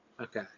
okay